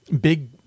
big